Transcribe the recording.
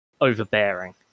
overbearing